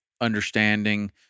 understanding